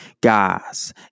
Guys